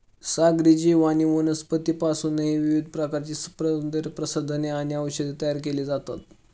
सागरी जीव आणि वनस्पतींपासूनही विविध प्रकारची सौंदर्यप्रसाधने आणि औषधे तयार केली जातात